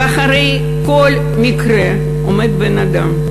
ואחרי כל מקרה עומד בן-אדם.